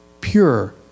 pure